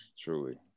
truly